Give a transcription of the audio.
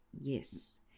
yes